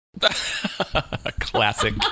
Classic